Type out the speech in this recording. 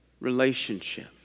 relationship